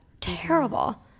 Terrible